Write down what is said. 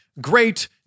great